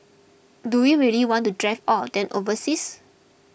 do we really want to drive all of them overseas